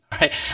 right